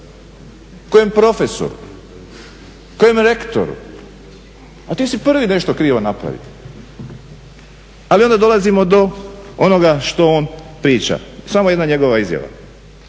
Kojem profesoru? Kojem rektoru? A ti si prvi nešto krivo napravio. Ali onda dolazimo do onoga što on priča. Samo jedna njegova izjava: